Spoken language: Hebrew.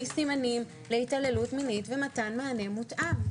סימנים להתעללות מינית ומתן מענה מותאם?